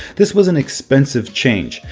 this was an expensive change,